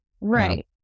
Right